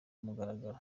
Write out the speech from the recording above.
kumugaragaro